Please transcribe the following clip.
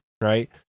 right